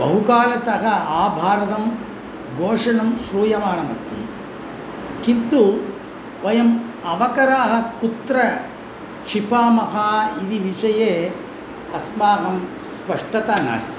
बहुकालतः आभारतं घोषणं श्रूयमाणमस्ति किन्तु वयं अवकराः कुत्र क्षिपामः इति विषये अस्माकं स्पष्टता नास्ति